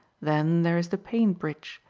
then there is the paint-bridge,